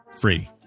free